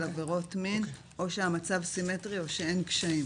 עבירות מין או שהמצב סימטרי או שאין קשיים,